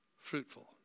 Fruitful